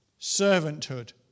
servanthood